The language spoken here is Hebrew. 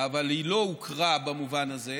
אבל היא לא הוכרה במובן הזה,